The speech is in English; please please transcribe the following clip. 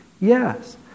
Yes